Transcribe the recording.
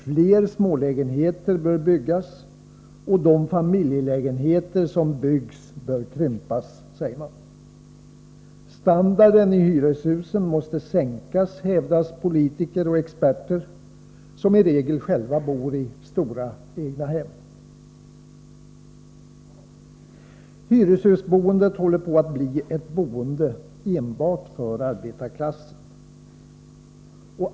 Fler smålägenheter bör byggas, och de familjelägenheter som byggs bör krympas, säger man. Standarden i hyreshusen måste sänkas, hävdar politiker och experter, som i regel själva bor i stora egnahem. Hyreshusboendet håller på att bli ett boende enbart för arbetarklassen.